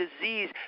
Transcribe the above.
disease